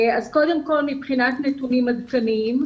מבחינת נתונים עדכניים.